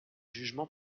jugements